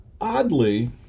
oddly